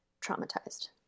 traumatized